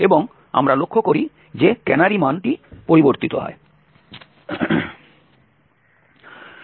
এবং আমরা লক্ষ্য করি যে ক্যানারি মান পরিবর্তিত হয়